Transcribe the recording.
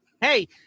Hey